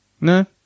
No